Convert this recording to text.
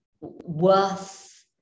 worth